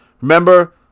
Remember